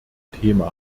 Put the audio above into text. thema